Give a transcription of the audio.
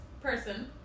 person